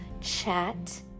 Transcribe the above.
chat